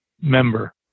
member